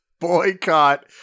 Boycott